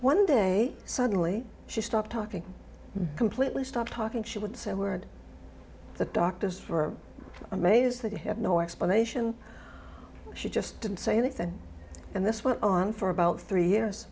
one day suddenly she stopped talking completely stopped talking she would say a word the doctors for a maze that have no explanation she just didn't say anything and this went on for about three years